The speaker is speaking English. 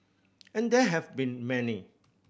and there have been many